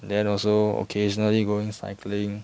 and then also occasionally going cycling